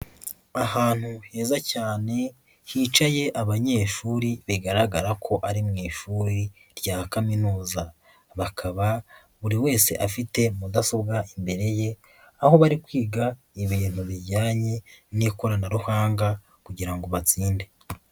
Ahantu heza cyane hicaye abanyeshuri bigaragara ko ari mu ishuri rya kaminuza, bakaba buri wese afite mudasobwa imbere ye aho bari kwiga ibintu bijyanye n'ikoranabuhanga kugira ngo batsinde.